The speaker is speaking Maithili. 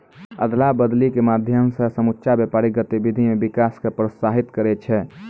अदला बदली के माध्यम से समुच्चा व्यापारिक गतिविधि मे विकास क प्रोत्साहित करै छै